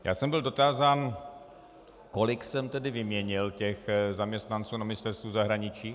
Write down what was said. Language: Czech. Já jsem byl dotázán, kolik jsem tedy vyměnil zaměstnanců na Ministerstvu zahraničí.